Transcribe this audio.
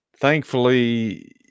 thankfully